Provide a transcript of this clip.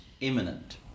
imminent